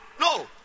No